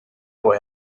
boy